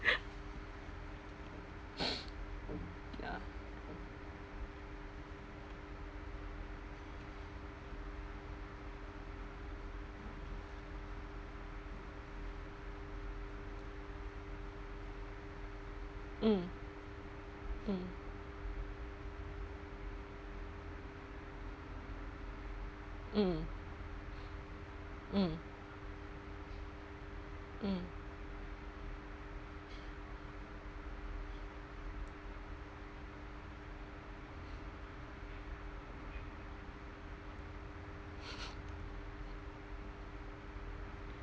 mm mm mm mm mm